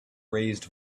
raised